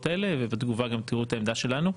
האלה ובתגובה גם תראו את העמדה שלנו.